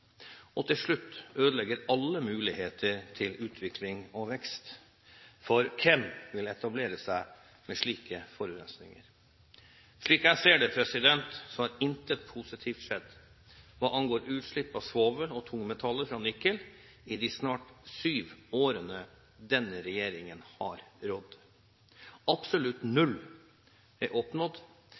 til slutt ødelegger alle muligheter til utvikling og vekst. For hvem vil etablere seg med slike forurensninger? Slik jeg ser det, har intet positivt skjedd hva angår utslipp av svovel og tungmetaller fra Nikel, i de snart syv årene denne regjeringen har rådd. Absolutt null er oppnådd